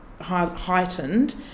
heightened